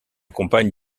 compagne